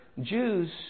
Jews